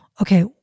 okay